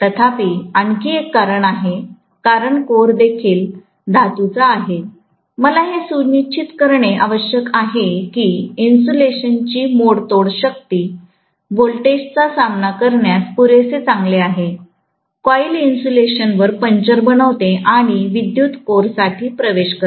तथापि आणखी एक कारण आहे कारण कोर देखील धातूचा आहे मला हे सुनिश्चित करणे आवश्यक आहे की इन्सुलेशनची मोडतोड शक्ती व्होल्टेजचा सामना करण्यास पुरेसे चांगले आहे कॉइल इन्सुलेशन वर पंचर बनवते आणि विद्युत्कोर साठी प्रवेश करते